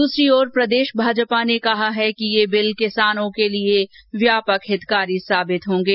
दूसरी ओर प्रदेश भाजपा ने कहा है कि ये बिल किसानों के लिए व्यापक हितकारी साबित होंगे